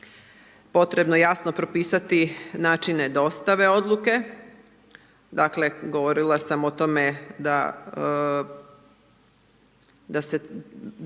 potrebno jasno propisati načine dostave odluke, dakle, govorila sam o tome da treba